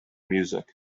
music